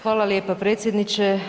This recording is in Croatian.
Hvala lijepa predsjedniče.